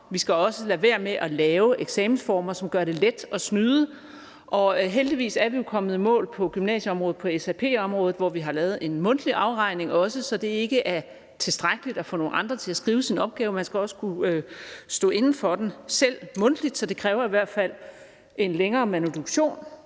vi skal også lade være med at lave eksamensformer, som gør det let at snyde. Heldigvis er vi jo kommet i mål på gymnasieområdet i forbindelse med SRP-opgaverne, hvor vi også har indført en mundtlig eksamen, så det ikke er tilstrækkeligt at få nogle andre til at skrive sin opgave; man skal også selv kunne stå inde for den mundtligt, så det kræver i hvert fald en længere manuduktion